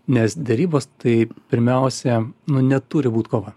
nes derybos tai pirmiausia nu neturi būt kova